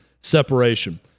separation